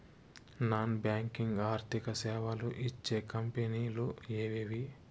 Non banking ఆర్థిక సేవలు ఇచ్చే కంపెని లు ఎవేవి?